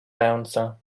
ręce